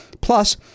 plus